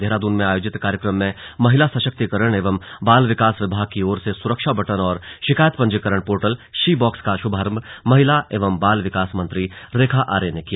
देहरादून में आयोजित कार्यक्रम में महिला संशक्तिकरण एवं बाल विकास विभाग की ओर से सुरक्षा बटन और शिकायत पंजीकरण पोर्टल शी बॉक्स का श्भारम्भ महिला एवं बाल विकास मंत्री रेखा आर्य ने किया